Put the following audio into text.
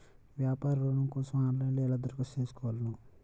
వ్యాపార ఋణం కోసం ఆన్లైన్లో ఎలా దరఖాస్తు చేసుకోగలను?